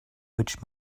which